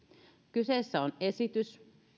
kyseessä on esitys